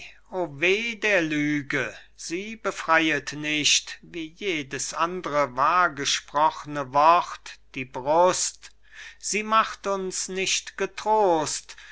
lüge sie befreiet nicht wie jedes andre wahrgesprochne wort die brust sie macht uns nicht getrost